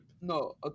No